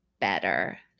better